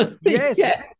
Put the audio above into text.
yes